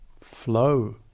flow